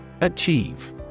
Achieve